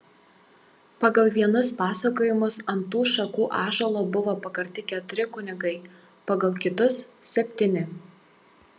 pagal vienus pasakojimus ant tų šakų ąžuolo buvo pakarti keturi kunigai pagal kitus septyni